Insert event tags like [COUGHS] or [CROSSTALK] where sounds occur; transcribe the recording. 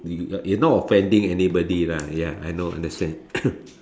you're not offending anybody lah ya I know understand [COUGHS]